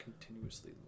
continuously